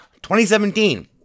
2017